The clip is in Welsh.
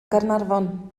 gaernarfon